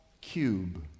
cube